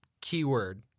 keyword